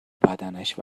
بدنش